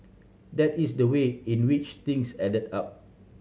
that is the way in which things added up